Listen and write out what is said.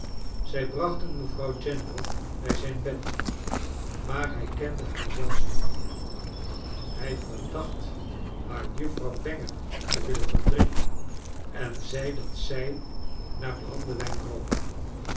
zij brachten mevrouw general bij zijn bed maar hij kende haar zelfs niet meer hij verdacht haar juffrouw bangham te willen verdringen en zei dat zij naar brandewijn